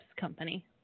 company